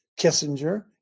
Kissinger